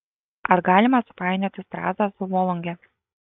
ar galima supainioti strazdą su volunge